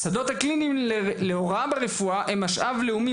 השדות הקליניים להוראה ברפואה הם משאב לאומי